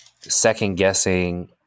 second-guessing